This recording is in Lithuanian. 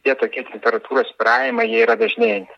tie tokie temperatūros svyravimai jie yra dažnėjantys